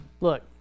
look